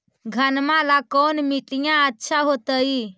घनमा ला कौन मिट्टियां अच्छा होतई?